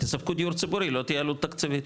תספקו דיור ציבורי לא תהיה עלות תקציבית.